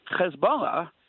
Hezbollah